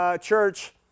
church